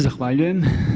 Zahvaljujem.